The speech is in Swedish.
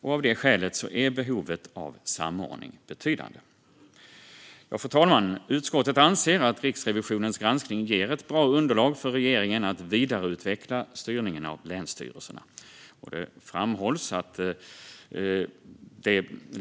Av det skälet är behovet av samordning betydande. Fru talman! Utskottet anser att Riksrevisionens granskning ger ett bra underlag för regeringen att vidareutveckla styrningen av länsstyrelserna.